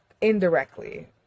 indirectly